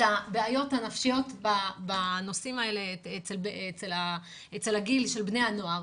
הבעיות הנפשיות אצל הגיל של בני הנוער,